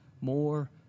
more